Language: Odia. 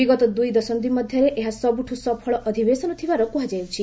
ବିଗତ ଦୁଇଦଶନ୍ଧି ମଧ୍ୟରେ ଏହା ସବୁଠୁ ସଫଳ ଅଧବବେଶନ ଥିବାର କୁହାଯାଉଛି